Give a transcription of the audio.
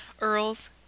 Earls